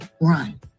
run